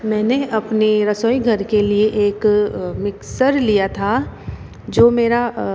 मैंने अपने रसोई घर के लिए एक मिक्सर लिया था जो मेरा